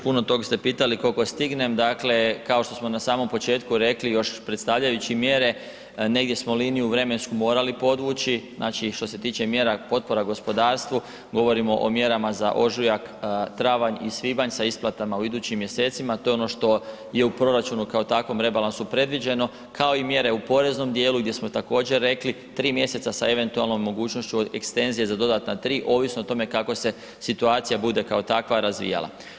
Puno toga ste pitali, koliko stignem, dakle, kao što smo na samom početku rekli, još predstavljajući mjere, negdje smo liniju vremensku morali podvući, znači što se tiče mjera potpora gospodarstvu, govorimo o mjerama za ožujak, travanj i svibanj sa isplatama u idućim mjesecima, to je ono što je u proračunu kao takvom rebalansu predviđeno, kao i mjere u poreznom dijelu, gdje smo također, rekli, 3 mjeseca sa eventualnom mogućnošću ekstenzije za dodatna 3, ovisno o tome kako se situacija bude, kao takva, razvijala.